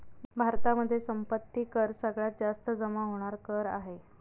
भारतामध्ये संपत्ती कर सगळ्यात जास्त जमा होणार कर आहे